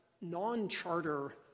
non-charter